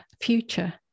future